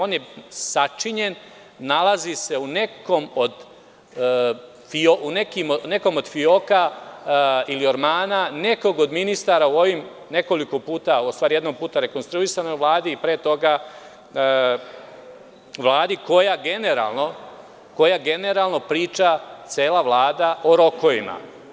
On je sačinjen, nalazi se u nekom od fijoka ili ormana nekog od ministara u ovoj jedno puta rekonstruisanoj Vladi i pre toga Vladi koja generalno priča, cela Vlada, o rokovima.